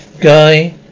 Guy